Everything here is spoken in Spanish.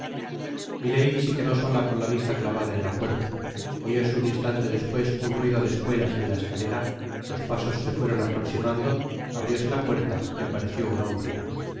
milady se quedó sola con la visla clavada en la puerta oyóse un instante despues un ruido de espuelas en la escalera los pasos se fueron aproximando abrióse la puerta y apareció un hombre